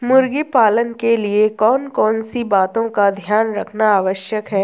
मुर्गी पालन के लिए कौन कौन सी बातों का ध्यान रखना आवश्यक है?